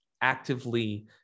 actively